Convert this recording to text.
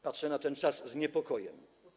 Patrzę na ten czas z niepokojem.